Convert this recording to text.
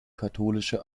katholische